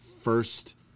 first